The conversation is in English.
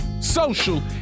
social